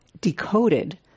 decoded